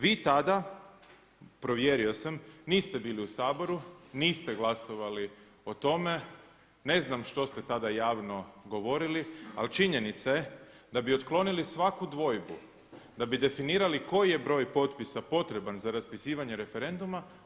Vi tada, provjerio sam, niste bili u Saboru, niste glasovali o tome, ne znam što ste tada javno govorili ali činjenica je da bi otklonili svaku dvojbu, da bi definirali koji je broj potpisa potreban za raspisivanje referenduma?